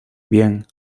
bien